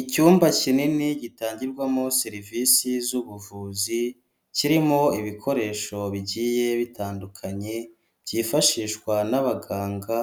Icyumba kinini gitangirwamo serivisi z'ubuvuzi, kirimo ibikoresho bigiye bitandukanye, byifashishwa n'abaganga,